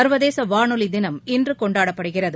சர்வதேசவானொலிதினம் இன்றுகொண்டாடப்படுகிறது